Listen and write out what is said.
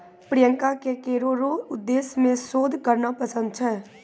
प्रियंका के करो रो उद्देश्य मे शोध करना पसंद छै